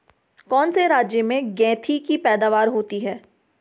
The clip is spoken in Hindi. कौन से राज्य में गेंठी की पैदावार होती है?